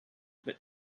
but